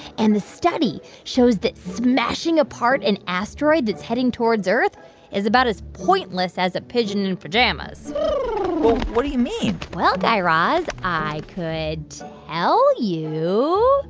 and the study shows that smashing apart an asteroid that's heading towards earth is about as pointless as a pigeon in pajamas what do you mean? well, guy raz, i could tell you.